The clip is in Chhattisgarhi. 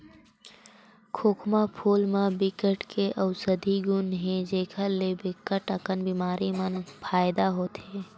खोखमा फूल म बिकट के अउसधी गुन हे जेखर ले बिकट अकन बेमारी म फायदा होथे